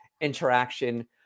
interaction